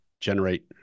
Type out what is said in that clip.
generate